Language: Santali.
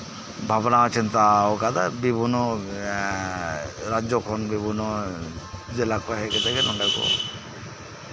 ᱵᱷᱟᱵᱱᱟ ᱪᱤᱱᱛᱟᱹᱣᱟᱠᱟᱫᱟ ᱵᱤᱵᱷᱤᱱᱱᱚ ᱨᱟᱡᱡᱚ ᱠᱷᱚᱱ ᱮᱸᱜ ᱵᱤᱵᱷᱤᱱᱱᱚ ᱡᱮᱞᱟ ᱠᱷᱚᱱ ᱦᱮᱫ ᱠᱟᱛᱮᱫ ᱜᱮ ᱱᱚᱸᱰᱮ ᱠᱚ